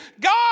God